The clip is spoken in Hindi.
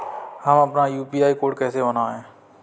हम अपना यू.पी.आई कोड कैसे बनाएँ?